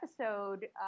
episode